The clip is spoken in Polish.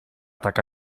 taka